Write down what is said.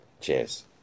Cheers